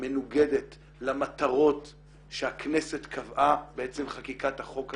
ומנוגדת למטרות שהכנסת קבעה בעצם חקיקת החוק הזה.